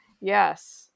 yes